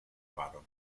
paro